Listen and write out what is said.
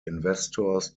investors